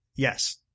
Yes